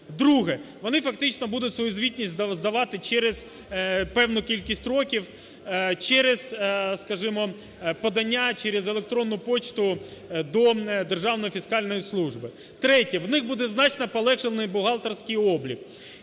Друге: вони фактично будуть свою звітність здавати через певну кількість років через, скажімо, подання через електронну пошту до Державної фіскальної служби. Третє: в них буде значно полегшений бухгалтерський облік.